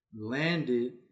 Landed